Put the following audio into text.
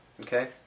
Okay